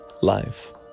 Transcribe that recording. life